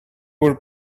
were